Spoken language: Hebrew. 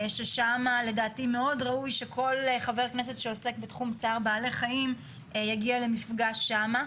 שם מאוד ראוי שכל חבר כנסת שעוסק בתחום צער בעלי חיים יגיע למפגש שם.